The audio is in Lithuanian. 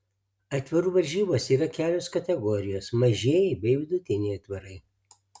aitvarų varžybose yra kelios kategorijos mažieji bei vidutiniai aitvarai